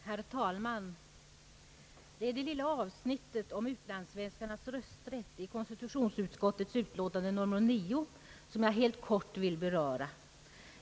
Herr talman! Det är det lilla avsnittet om utlandssvenskarnas rösträtt i konstitutionsutskottets utlåtande nr 9, som jag helt kort vill beröra.